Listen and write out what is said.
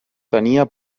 tenia